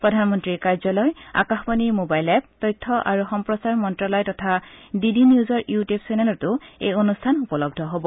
প্ৰাধনমন্ত্ৰীৰ কাৰ্যালয় আকাশবাণীৰ মোবাইল এগ তথ্য আৰু সম্প্ৰচাৰ মন্ত্ৰালয় তথা ডি ডি নিউজৰ ইউটিউব চেনেলতো এই অনুষ্ঠান উপলব্ধ হ'ব